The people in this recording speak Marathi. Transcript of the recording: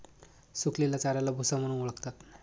सुकलेल्या चाऱ्याला भुसा म्हणून ओळखतात